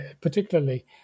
particularly